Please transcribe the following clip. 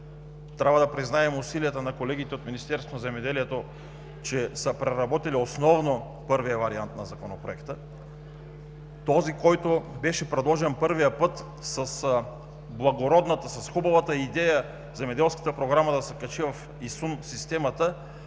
Трябва да признаем усилията на колегите от Министерството на земеделието, че са преработили основно първия вариант на Законопроекта. Този, който беше предложен първия път с благородната, с хубавата идея, земеделската програма да се качи в ИСУН системата.